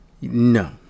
no